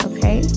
Okay